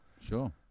sure